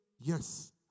Yes